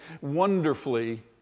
wonderfully